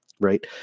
right